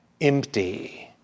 empty